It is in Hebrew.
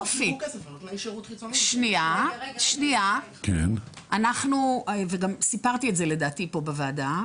סיפרתי את זה לדעתי פה בוועדה.